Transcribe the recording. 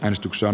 äänestyksen